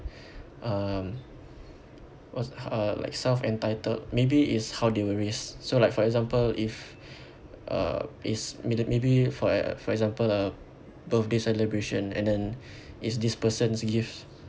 um what's uh like self-entitled maybe it's how they were raised so like for example if uh it's middle maybe for uh for example a birthday celebration and then it's this person's gifts